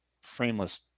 frameless